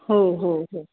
हो हो हो